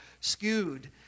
skewed